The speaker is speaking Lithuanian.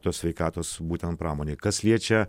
tos sveikatos būtent pramonė kas liečia